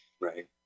right